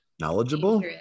Knowledgeable